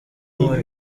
uyu